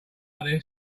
like